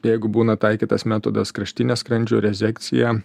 jeigu būna taikytas metodas kraštinė skrandžio rezekcija